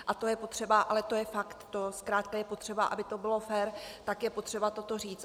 A to je potřeba, to je fakt, zkrátka je potřeba, aby to bylo fér, tak je potřeba toto říci.